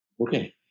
okay